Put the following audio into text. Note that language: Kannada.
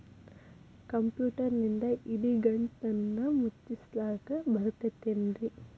ಕಂಪ್ಯೂಟರ್ನಿಂದ್ ಇಡಿಗಂಟನ್ನ ಮುಚ್ಚಸ್ಲಿಕ್ಕೆ ಬರತೈತೇನ್ರೇ?